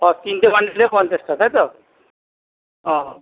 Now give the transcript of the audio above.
ও তিনটে মাল নিলে পঞ্চাশটা তাই তো ও